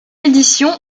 édition